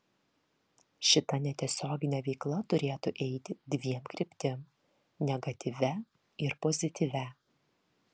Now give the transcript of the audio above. šita netiesioginė veikla turėtų eiti dviem kryptim negatyvia ir pozityvia